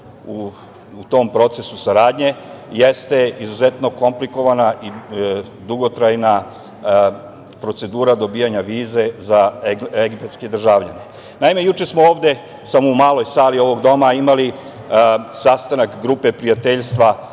u tom procesu saradnje jeste izuzetno komplikovana i dugotrajna procedura dobijanja vize za egipatske državljane. Naime, juče smo ovde, samo u maloj sali ovog doma, imali sastanak grupe prijateljstva